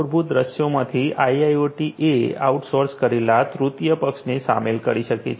મૂળભૂત દૃશ્યોમાં આઈઆઈઓટી એ ઓઉટસોઉર્સ કરેલા તૃતીય પક્ષને શામેલ કરી શકે છે